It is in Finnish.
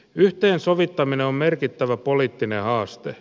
yhteensovittaminen on merkittävä poliittinen haaste